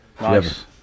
Nice